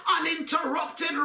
uninterrupted